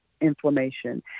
inflammation